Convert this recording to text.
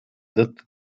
tõttu